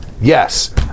Yes